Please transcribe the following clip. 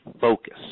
focus